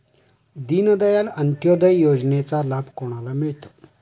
दीनदयाल अंत्योदय योजनेचा लाभ कोणाला मिळतो?